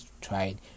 tried